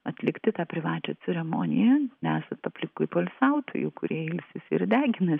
atlikti tą privačią ceremoniją nesat aplinkui poilsiautojų kurie ilsisi ir deginasi